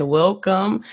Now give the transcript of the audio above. welcome